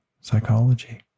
psychology